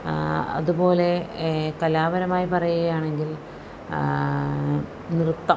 അതുപോലെ കലാപരമായി പറയുകയാണെങ്കിൽ നൃത്തം